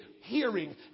hearing